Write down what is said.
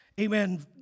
Amen